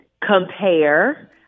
compare